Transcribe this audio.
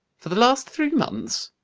for the last three months?